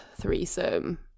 threesome